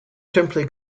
simply